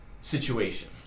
situation